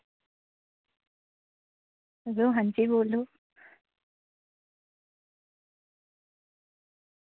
आं जी बोल्लो